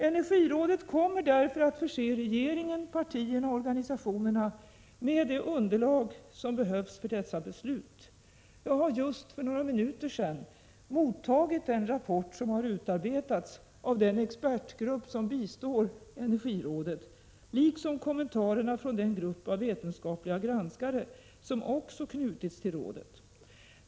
Energirådet kommer därför att förse regeringen, partierna och organisationerna med det underlag som behövs för dessa beslut. Jag har för några minuter sedan mottagit den rapport som har utarbetats av den expertgrupp som bistår energirådet, liksom kommentarerna från den grupp av vetenskapliga granskare som också knutits till rådet.